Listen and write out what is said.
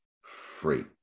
free